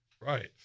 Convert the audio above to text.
Right